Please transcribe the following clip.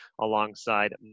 alongside